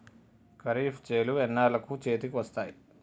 ఖరీఫ్ చేలు ఎన్నాళ్ళకు చేతికి వస్తాయి?